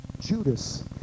Judas